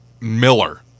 Miller